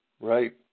Right